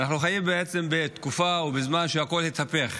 אנחנו חיים בתקופה או בזמן שהכול מתהפך,